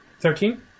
thirteen